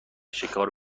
شکار